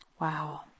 Wow